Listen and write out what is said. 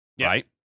right